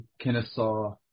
Kennesaw